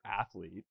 athlete